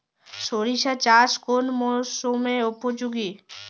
সরিষা চাষ কোন মরশুমে উপযোগী?